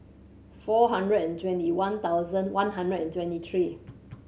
four hundred and twenty one thousand one hundred and twenty three